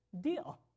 deal